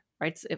Right